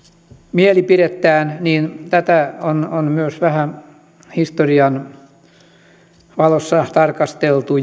mielipidettään ja tätä on on myös vähän historian valossa tarkasteltu